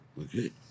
okay